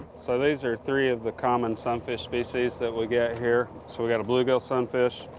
so these are three of the common sunfish species that we get here. so we got a bluegill sunfish,